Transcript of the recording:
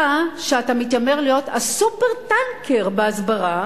אתה, שאתה מתיימר להיות ה"סופר-טנקר" בהסברה,